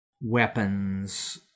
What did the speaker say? weapons